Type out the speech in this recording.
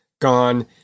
gone